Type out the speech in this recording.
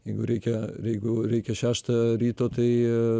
jeigu reikia jeigu reikia šeštą ryto tai